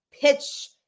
pitch